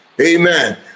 Amen